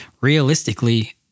realistically